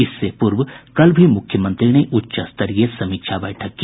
इससे पूर्व कल भी मुख्यमंत्री ने उच्चस्तरीय समीक्षा बैठक की